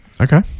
Okay